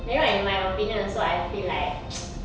ya lor in my opinion also I feel like